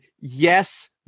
yes